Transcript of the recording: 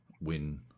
win